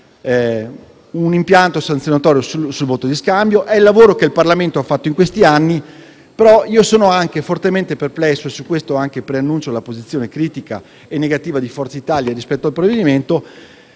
un impianto sanzionatorio sul voto di scambio ed è il lavoro che il Parlamento ha fatto in questi anni. Io sono però fortemente perplesso - e su questo preannuncio la posizione critica e contraria di Forza Italia sul provvedimento